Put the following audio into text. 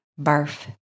Barf